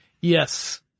Yes